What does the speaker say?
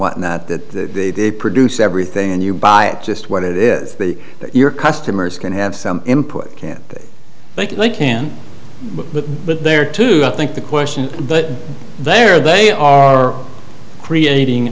whatnot that they produce everything and you buy it just what it is that your customers can have some input can't thank you i can't but but there too i think the question but there they are creating